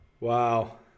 Wow